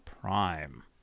Prime